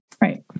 Right